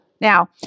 Now